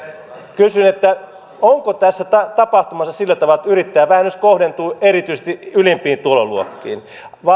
kysyn onko tässä tapahtumassa sillä tavalla että yrittäjävähennys kohdentuu erityisesti ylimpiin tuloluokkiin